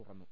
തുറന്നു